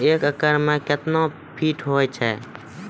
एक एकड मे कितना फीट होता हैं?